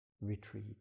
retreat